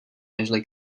nežli